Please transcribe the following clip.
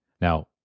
Now